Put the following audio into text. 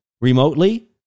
remotely